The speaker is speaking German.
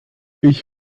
ich